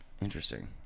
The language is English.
Interesting